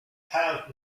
help